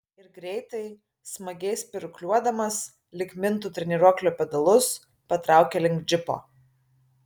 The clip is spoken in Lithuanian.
ir greitai smagiai spyruokliuodamas lyg mintų treniruoklio pedalus patraukė link džipo